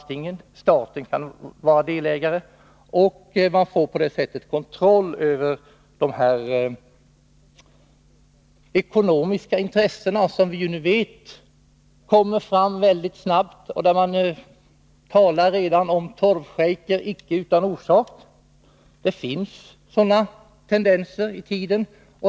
På det sättet får 17 december 1982 man kontroll över de ekonomiska intressen som vi vet kommer fram mycket snabbt. Man talar redan om torvschejker — inte utan orsak. Det finns sådana Mineraloch tendenser i tiden.